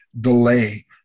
delay